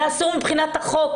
זה אסור מבחינת החוק,